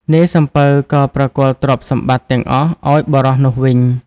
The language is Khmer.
នាយសំពៅក៏ប្រគល់ទ្រព្យសម្បត្តិទាំងអស់ឱ្យបុរសនោះវិញ។